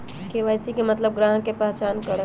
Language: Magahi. के.वाई.सी के मतलब ग्राहक का पहचान करहई?